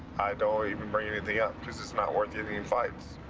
i don't even bring anything up because it's not worth getting in fights.